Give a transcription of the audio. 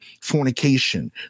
fornication